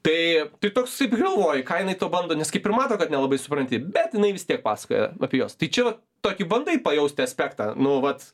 tai tai toks taip ir galvoji ką jinai tau bando nes kaip ir mato kad nelabai supranti bet jinai vis tiek pasakoja apie juos tai čia va tokį bandai pajausti aspektą nu vat